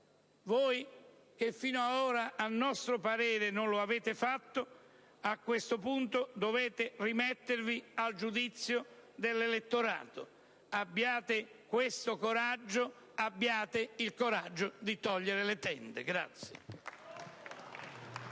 Voi, che fino ad ora a nostro parere non lo avete fatto, a questo punto dovete rimettervi al giudizio dell'elettorato: abbiate questo coraggio, abbiate il coraggio di togliere le tende.